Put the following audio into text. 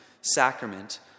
sacrament